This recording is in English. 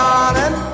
Darling